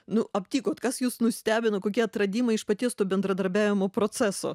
nu aptikot kas jus nustebino kokie atradimai iš paties to bendradarbiavimo proceso